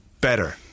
better